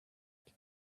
can